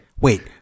Wait